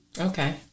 Okay